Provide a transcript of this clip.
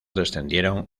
descendieron